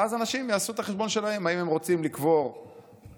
ואז אנשים יעשו את החשבון שלהם: אם הם רוצים לקבור במרכז